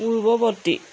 পূৰ্ৱবৰ্তী